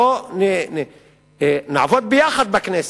בוא נעבוד ביחד בכנסת,